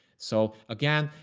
so again,